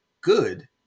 good